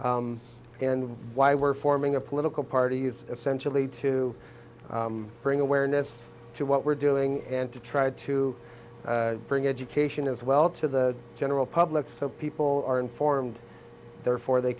and why we're forming a political party is essentially to bring awareness to what we're doing and to try to bring education as well to the general public so people are informed therefore they